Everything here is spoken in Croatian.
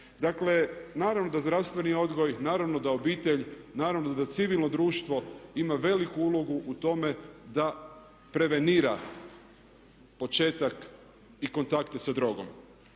Dakle, naravno da zdravstveni odgoj, naravno da obitelj, naravno da civilno društvo ima veliku ulogu u tome da prevenira početak i kontakte sa drogom.